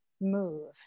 move